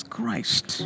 Christ